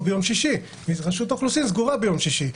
ביום שישי ואילו רשות האוכלוסין סגורה ביום שישי.